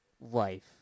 life